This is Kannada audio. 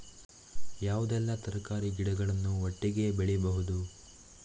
ಯಾವುದೆಲ್ಲ ತರಕಾರಿ ಗಿಡಗಳನ್ನು ಒಟ್ಟಿಗೆ ಬೆಳಿಬಹುದು?